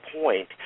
point